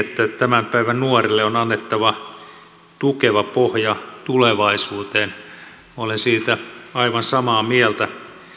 tämän päivän nuorille on annettava tukeva pohja tulevaisuuteen olen siitä aivan samaa mieltä